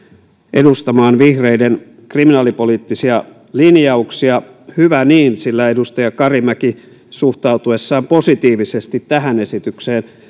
edustamaan vihreiden kriminaalipoliittisia lin jauksia hyvä niin sillä edustaja karimäki suhtautuessaan positiivisesti tähän esitykseen